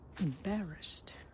embarrassed